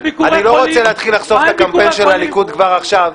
אני לא רוצה להתחיל לחשוף את הקמפיין של הליכוד כבר עכשיו,